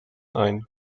ein